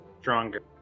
stronger